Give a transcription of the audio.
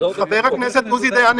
חבר הכנסת עוזי דיין,